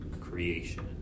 creation